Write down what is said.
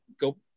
go